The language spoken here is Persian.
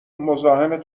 مزاحم